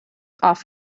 off